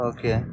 Okay